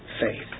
faith